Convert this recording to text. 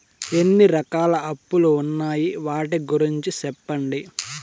ఎన్ని రకాల అప్పులు ఉన్నాయి? వాటి గురించి సెప్పండి?